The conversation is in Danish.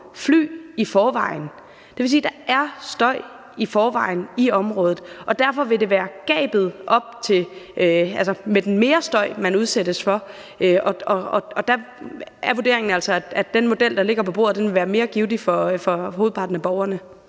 fly i forvejen. Det vil sige, at der er støj i forvejen i området. Derfor vil det være gabet mellem det og op til den mere støj, som man udsættes for. Der er vurderingen altså, at den model, der ligger på bordet, vil være mere givtig for hovedparten af borgerne.